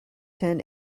ten